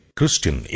Christian